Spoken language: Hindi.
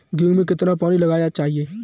गेहूँ में कितना पानी लगाना चाहिए?